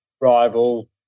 rival